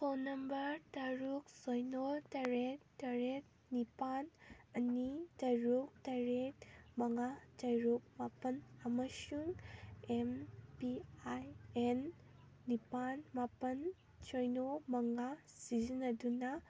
phone number ꯇꯔꯨꯛ ꯁꯤꯅꯣ ꯇꯔꯦꯠ ꯇꯔꯦꯠ ꯅꯤꯄꯥꯜ ꯑꯅꯤ ꯇꯔꯨꯛ ꯇꯔꯦꯠ ꯃꯉꯥ ꯇꯔꯨꯛ ꯃꯥꯄꯜ ꯑꯃꯁꯨꯡ ꯑꯦꯝ ꯄꯤ ꯑꯥꯏ ꯑꯦꯟ ꯅꯤꯄꯥꯜ ꯃꯥꯄꯜ ꯁꯤꯅꯣ ꯃꯉꯥ ꯁꯤꯖꯤꯟꯅꯗꯨꯅ